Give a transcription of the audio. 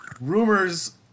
Rumors